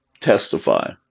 testify